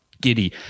giddy